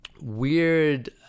weird